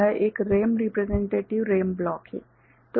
यह एक RAM representative RAM block है